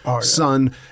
son